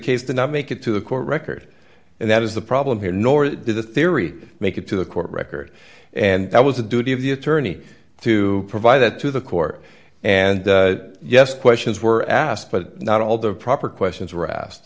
not make it to the court record and that is the problem here nor did the theory make it to the court record and that was the duty of the attorney to provide that to the court and yes questions were asked but not all the proper questions were asked